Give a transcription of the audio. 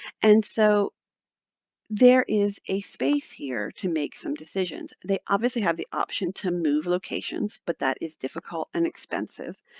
and so there is a space here to make some decisions. they obviously have the option to move locations, but that is difficult, and expensive,